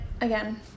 again